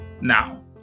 Now